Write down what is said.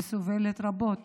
שסובלת רבות